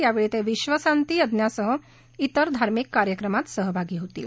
यावेळी ते विक्षशांती यज्ञासह इतर धार्मिक कार्यक्रमांमध्ये सहभागी होतील